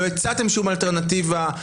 לא הצעתם שום אלטרנטיבה,